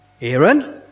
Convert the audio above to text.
Aaron